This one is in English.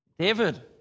David